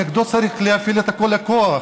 נגדו צריך להפעיל את כל הכוח.